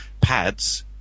pads